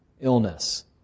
illness